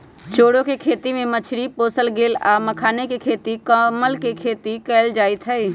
चौर कें खेती में मछरी पोशल गेल आ मखानाके खेती कमल के खेती कएल जाइत हइ